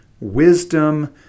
wisdom